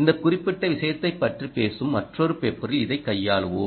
இந்த குறிப்பிட்ட விஷயத்தைப் பற்றி பேசும் மற்றொரு பேப்பரில் இதைக் கையாளுவோம்